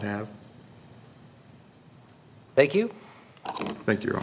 have thank you thank you